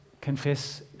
confess